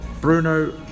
Bruno